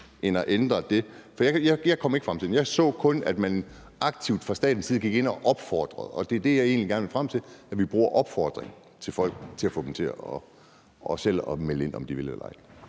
end at ændre det? Jeg kom ikke frem til det. Jeg så kun, at man aktivt fra statens side gik ind og opfordrede folk, og det er det, jeg egentlig gerne vil frem til, altså at vi bruger opfordringer til folk til at få dem til selv at melde ind, om de vil det eller ej.